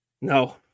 No